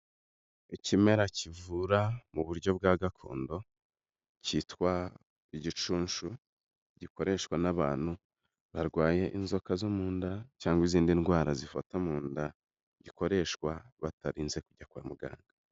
Ikimera kivura mu buryo bwa gakondo kitwa igicunshu, gikoreshwa n'abantu barwaye inzoka zo mu nda cyangwa izindi ndwara zifata mu nda gikoreshwa batarinze kujya kwa muganga.